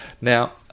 now